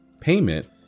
payment